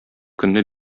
көнне